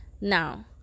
Now